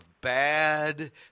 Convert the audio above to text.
bad